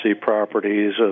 properties